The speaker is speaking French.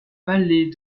palais